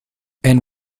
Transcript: and